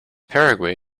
paraguay